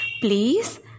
please